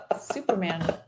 superman